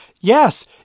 yes